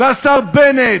והשר בנט.